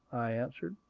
i answered.